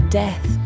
death